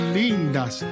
lindas